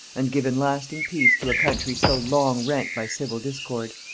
and given lasting peace to a country so long rent by civil discord.